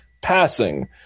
passing